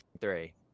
three